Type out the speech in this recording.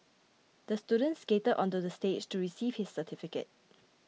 the student skated onto the stage to receive his certificate